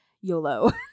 yolo